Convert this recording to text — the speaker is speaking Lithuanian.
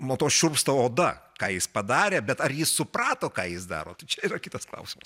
nuo to šiurpsta oda ką jis padarė bet ar jis suprato ką jis daro tai čia yra kitas klausimas